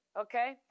okay